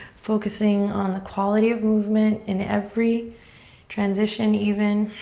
focusing on the quality of movement and every transition even.